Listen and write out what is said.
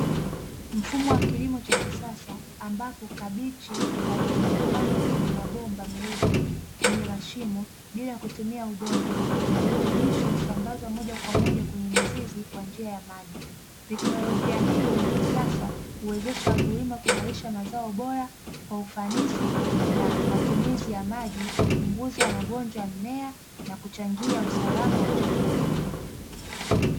Mfumo wa kilimo cha kisasa ambapo, kabichi laini hupandwa kwenye mabomba meupe yenye mashimo bila kutumia udongo, na virutubisho husambazwa moja kwa moja kwenye mizizi kwa njia ya maji. Teknolojia hii ya kisasa huwezesha wakulima kuzalisha mazao bora kwa ufanisi na matumizi ya maji, kupunguza magonjwa ya mmea na kuchangia usalama wa chakula.